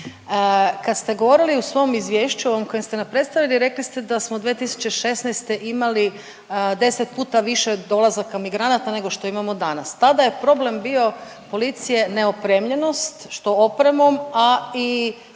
Kad ste govorili o svom izvješću, ovo koje ste nam predstavili, rekli ste da smo 2016. imali 10 puta više dolazaka migranata nego što imamo danas. Tada je problem bio policije neopremljenost, što opremom, a i nekim novim